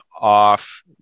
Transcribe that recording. off